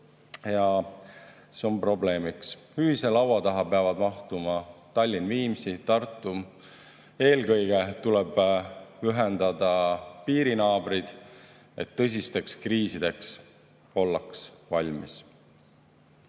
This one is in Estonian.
ja see on probleemiks. Ühise laua taha peavad mahtuma Tallinn, Viimsi, Tartu. Eelkõige tuleb ühendada piirinaabrid, et tõsisteks kriisideks oldaks valmis. Ja